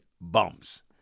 bums